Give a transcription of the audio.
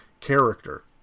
character